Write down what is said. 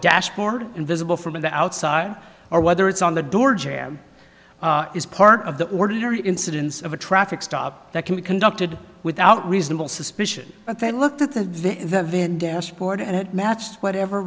dashboard and visible from the outside or whether it's on the door jam is part of the ordinary incidence of a traffic stop that can be conducted without reasonable suspicion but they looked at the vin dash board and it matched whatever